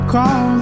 Call